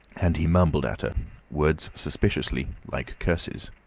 and he mumbled at her words suspiciously like curses.